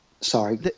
Sorry